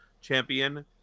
champion